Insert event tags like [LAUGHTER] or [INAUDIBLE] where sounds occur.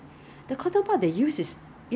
well that's 你 suay 的问题 lor [LAUGHS]